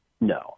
No